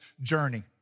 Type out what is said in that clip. journey